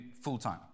full-time